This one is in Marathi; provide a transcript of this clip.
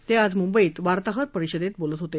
ते आज मुंबईत वार्ताहर परिषदेत बोलत होते